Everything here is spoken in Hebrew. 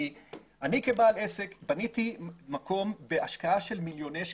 אני כבעל עסק בניתי מקום בהשקעה של מיליוני שקלים,